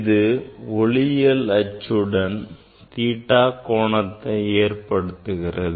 இது ஒளியியல் அச்சுடன் theta கோணத்தை ஏற்படுத்துகிறது